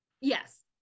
yes